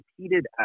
repeated